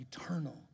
Eternal